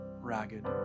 ragged